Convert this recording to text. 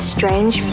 Strange